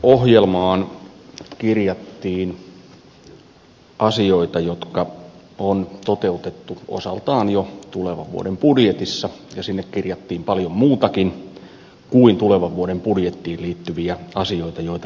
hallitusohjelmaan kirjattiin asioita jotka on toteutettu osaltaan jo tulevan vuoden budjetissa ja sinne kirjattiin paljon muutakin kuin tulevan vuoden budjettiin liittyviä asioita joita ratkotaan